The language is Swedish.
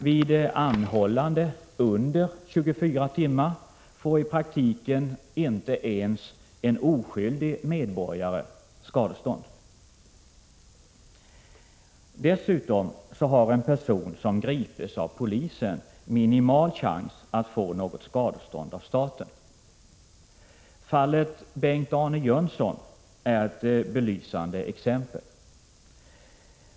Vid anhållande under 24 timmar får i praktiken inte ens en oskyldig medborgare skadestånd. Dessutom har en person som grips av polisen minimal chans att få något skadestånd av staten. Fallet Bengt Arne Jönsson är ett belysande exempel.